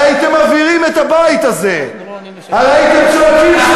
הרי הייתם מבעירים את הבית הזה, הרי הייתם צועקים,